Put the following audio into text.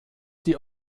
die